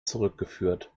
zurückgeführt